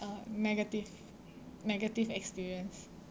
uh negative negative experience